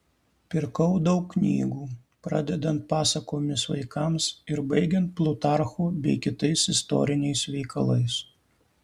pirkau daug knygų pradedant pasakomis vaikams ir baigiant plutarchu bei kitais istoriniais veikalais